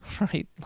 right